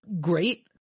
great